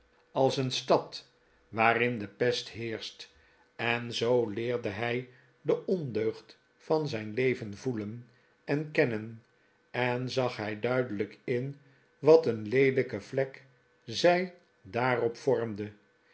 als in een stad waarin de pest heerscht en zoo leerde hij de ondeugd van zijn leven voelen en kennen en zag hij duidelijk in wat een leelijke vlek zij daarop vormde